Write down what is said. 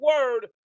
word